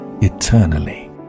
eternally